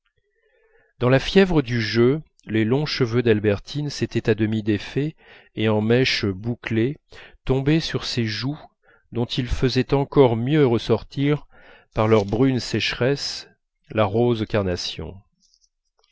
dans la fièvre du jeu les longs cheveux d'albertine s'étaient à demi défaits et en mèches bouclées tombaient sur ses joues dont ils faisaient encore mieux ressortir par leur brune sécheresse la rose carnation